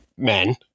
Men